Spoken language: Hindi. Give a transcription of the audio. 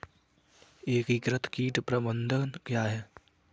एकीकृत कीट प्रबंधन क्या है?